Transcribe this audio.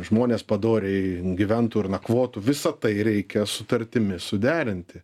žmonės padoriai gyventų ir nakvotų visa tai reikia sutartimi suderinti